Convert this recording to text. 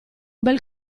bel